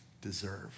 deserve